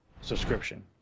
subscription